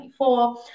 2024